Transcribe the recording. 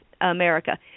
America